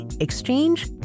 exchange